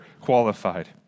qualified